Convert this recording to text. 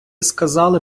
сказали